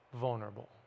vulnerable